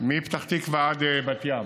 מפתח תקווה עד בת ים.